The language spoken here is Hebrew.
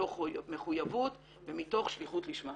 מתוך מחויבות ומתוך שליחות לשמה.